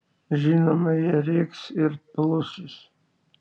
žinoma jie rėks ir plūsis